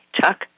Chuck